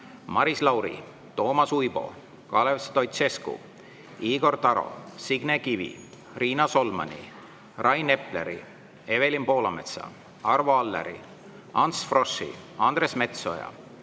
Maris Lauri, Toomas Uibo, Kalev Stoicescu, Igor Taro, Signe Kivi, Riina Solmani, Rain Epleri, Evelin Poolametsa, Arvo Alleri, Ants Froschi, Andres Metsoja,